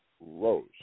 rose